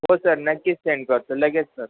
हो सर नक्कीच सेंड करतो लगेच सर